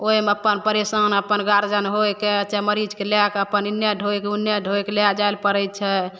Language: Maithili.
ओहिमे अपन परेशान अपन गार्जिअन होइके चाहे मरीजके लैके अपन एन्ने ढोइके ओन्ने ढोइके लै जाइ ले पड़ै छै